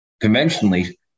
conventionally